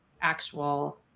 actual